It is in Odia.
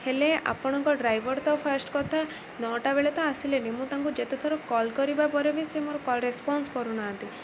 ହେଲେ ଆପଣଙ୍କ ଡ୍ରାଇଭର୍ ତ ଫାର୍ଷ୍ଟ୍ କଥା ନଅଟା ବେଳେ ତ ଆସିଲେନି ମୁଁ ତାଙ୍କୁ ଯେତେଥର କଲ୍ କରିବା ପରେ ବି ସେ ମୋର କଲ୍ ରେସ୍ପନ୍ସ କରୁନାହାନ୍ତି